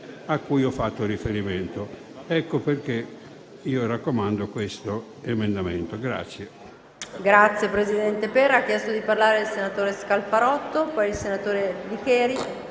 a cui ho fatto riferimento. Ecco perché raccomando questo emendamento.